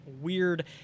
weird